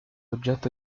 oggetto